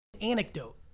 anecdote